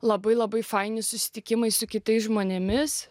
labai labai faini susitikimai su kitais žmonėmis